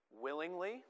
willingly